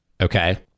Okay